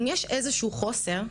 אם יש איזשהו חוסר,